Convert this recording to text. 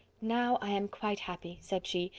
now i am quite happy, said she,